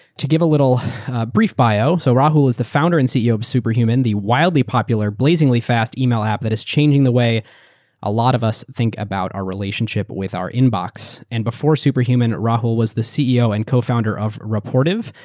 to give a little brief bio, so rahul is the founder and ceo of superhuman, the wildly popular, blazingly fast email app that is changing the way a lot of us think about our relationship with our inbox. and before superhuman, rahul was the ceo and co-founder of rapportive,